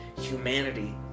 humanity